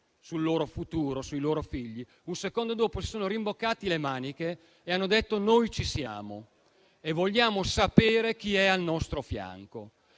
sul proprio futuro e sui propri figli, si sono rimboccate le maniche e hanno detto: noi ci siamo e vogliamo sapere chi è al nostro fianco.